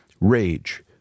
rage